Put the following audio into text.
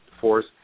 force